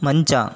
ಮಂಚ